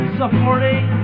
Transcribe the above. supporting